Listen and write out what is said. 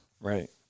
Right